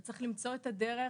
וצריך למצוא את הדרך